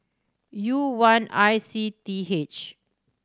U one I C T H